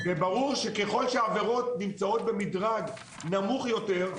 ברור שככל שהעבירות נמצאות במדרג נמוך יותר,